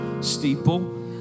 steeple